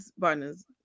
partners